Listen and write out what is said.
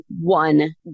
one